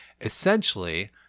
Essentially